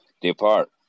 Depart